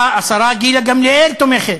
השרה גילה גמליאל תומכת,